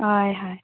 ꯍꯣꯏ ꯍꯣꯏ